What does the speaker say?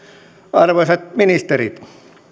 arvoisat ministerit